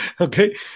Okay